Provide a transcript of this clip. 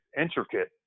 intricate